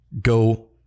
go